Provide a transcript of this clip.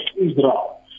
Israel